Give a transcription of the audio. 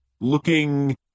looking